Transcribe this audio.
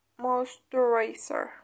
Moisturizer